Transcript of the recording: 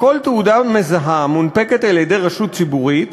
בכל תעודה מזהה, המונפקת על-ידי רשות ציבורית,